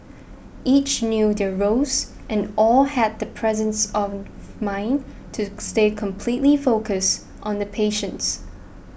each knew their roles and all had the presence of mind to stay completely focused on the patients